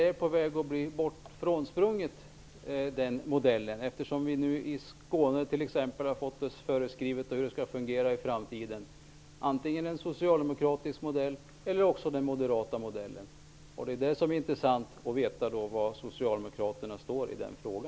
Fru talman! Det är bara det att den modellen håller på att bli ifrånsprungen. Exempelvis har vi i Skåne nu fått oss föreskrivet hur det skall fungera i framtiden; antingen en socialdemokratisk eller en moderat modell. Det är därför intressant att få veta var Socialdemokraterna står i denna fråga.